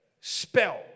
spell